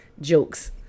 jokes